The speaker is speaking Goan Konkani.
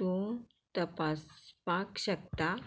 तूं तपासपाक शकता